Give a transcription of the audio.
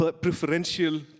preferential